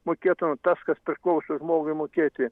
mokėtumėm tas kas priklauso žmogui mokėti